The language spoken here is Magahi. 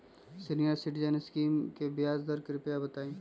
सीनियर सिटीजन स्कीम के ब्याज दर कृपया बताईं